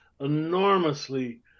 enormously